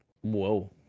Whoa